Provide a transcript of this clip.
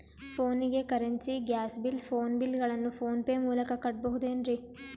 ಫೋನಿಗೆ currency, gas bill, phone bill ಗಳನ್ನು PhonePe ಮೂಲಕ ಕಟ್ಟಬಹುದೇನ್ರಿ?